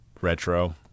retro